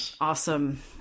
awesome